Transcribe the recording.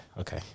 okay